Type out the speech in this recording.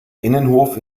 innenhof